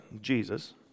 Jesus